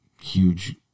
huge